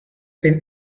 will